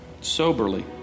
soberly